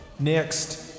Next